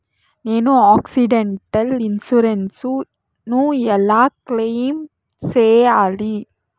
నేను accidental insurance ను ఎలా క్లెయిమ్ సేయాలి?